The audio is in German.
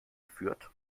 fürth